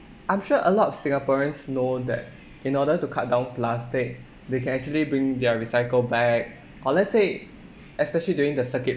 I'm sure a lot of singaporeans know that in order to cut down plastic they can actually bring their recycle bag or let's say especially during the circuit